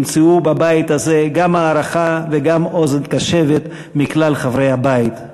תמצאו בבית הזה גם הערכה וגם אוזן קשבת מכלל חברי הבית.